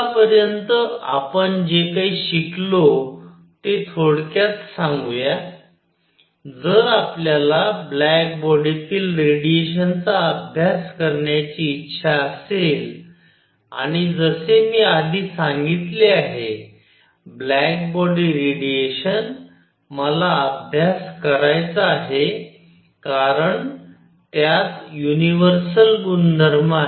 आतापर्यंत आपण जे काही शिकलो ते थोडक्यात सांगूया जर आपल्याला ब्लॅक बॉडीतील रेडिएशनचा अभ्यास करण्याची इच्छा असेल आणि जसे मी आधी सांगितले आहे ब्लॅक बॉडी रेडिएशन मला अभ्यास करायचा आहे कारण त्यात युनिव्हर्सल गुणधर्म आहेत